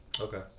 Okay